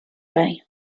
bay